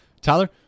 Tyler